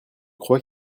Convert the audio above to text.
crois